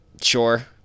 sure